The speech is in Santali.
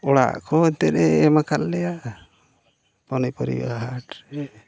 ᱚᱲᱟᱜ ᱠᱚ ᱮᱱᱛᱮᱫ ᱮ ᱮᱢ ᱠᱟᱜ ᱞᱮᱭᱟ ᱯᱚᱱᱤ ᱯᱚᱨᱤᱵᱟᱨ ᱦᱟᱴ ᱨᱮ